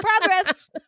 progress